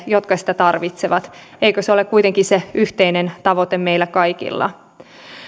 jotka sitä tarvitsevat eikö se ole kuitenkin se yhteinen tavoite meillä kaikilla